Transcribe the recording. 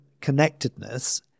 connectedness